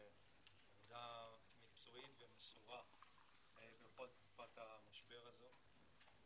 ועדה מקצועית ומסורה בכל תקופת המשבר הזה.